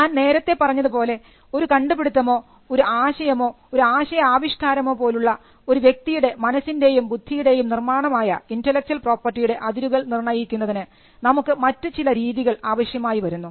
ഞാൻ നേരത്തെ പറഞ്ഞതു പോലെ ഒരു കണ്ടുപിടിത്തമോ ഒരു ആശയമോ ഒരു ആശയ ആവിഷ്കാരമോ പോലുള്ള ഒരു വ്യക്തിയുടെ മനസ്സിൻറെയും ബുദ്ധിയുടെയും നിർമ്മാണം ആയ ഇന്റെലക്ച്വൽ പ്രോപ്പർട്ടിയുടെ അതിരുകൾ നിർണയിക്കുന്നതിന് നമുക്ക് മറ്റുചില രീതികൾ ആവശ്യമായിവരുന്നു